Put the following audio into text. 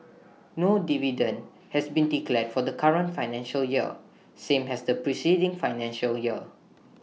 no dividend has been declared for the current financial year same has the preceding financial year